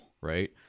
right